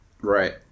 Right